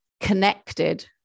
connected